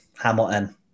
Hamilton